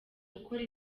gukora